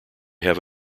have